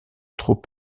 trop